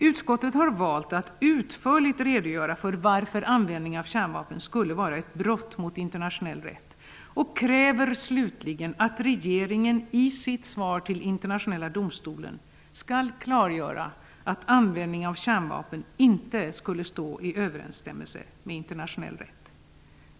Utskottet har valt att utförligt redogöra för varför användning av kärnvapen skulle vara ett brott mot internationell rätt och kräver slutligen att regeringen i sitt svar till Internationella domstolen skall klargöra att användning av kärnvapen inte skulle stå i överensstämmelse med internationell rätt.